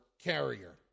carrier